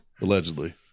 Allegedly